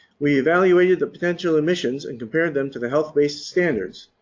we evaluated the potential emissions and compared them to the health based standards.